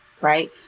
right